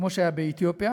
כמו שהיה באתיופיה,